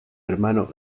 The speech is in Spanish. hermano